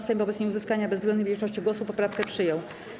Sejm wobec nieuzyskania bezwzględnej większości głosów poprawkę przyjął.